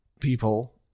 people